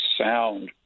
sound